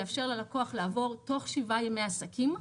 לאפשר ללקוח לעבור תוך שבעה ימי עסקים,